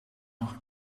nog